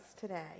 today